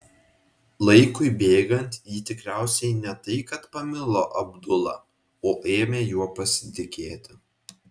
laikui bėgant ji tikriausiai ne tai kad pamilo abdula o ėmė juo pasitikėti